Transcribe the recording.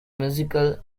musical